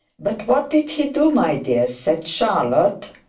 but what did he do, my dear said charlotte,